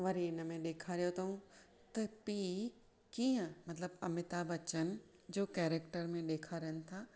वरी हिन में ॾेखारियो अथऊं त पीउ कीअं मतिलबु अमिताभ बच्चन जो कैरेक्टर में ॾेखारिनि था